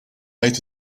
made